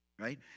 Right